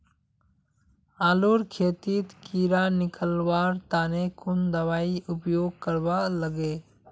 आलूर खेतीत कीड़ा निकलवार तने कुन दबाई उपयोग करवा लगे?